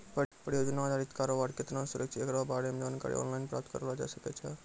परियोजना अधारित कारोबार केतना सुरक्षित छै एकरा बारे मे जानकारी आनलाइन प्राप्त करलो जाय सकै छै